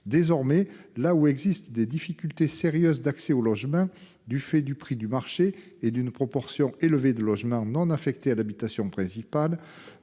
Désormais, là où existent des difficultés sérieuses d'accès au logement du fait du prix du marché et d'une proportion élevée de logements non affectés à l'habitation principale,